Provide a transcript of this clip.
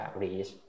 reach